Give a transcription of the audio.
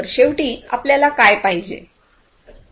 तर शेवटी आपल्याला काय पाहिजे